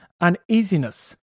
uneasiness